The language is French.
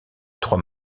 trois